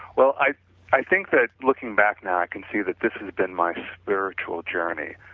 well, i i think that looking back now, i can see that this has been my spiritual journey.